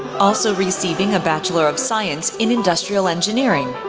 also receiving a bachelor of science in industrial engineering.